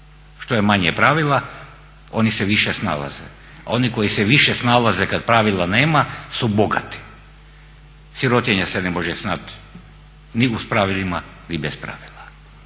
Što je manje pravila oni se više ne nalaze, a oni koji se više snalaze kada pravila nema su bogati. Sirotinja se ne može snać ni uz pravila ni bez pravila.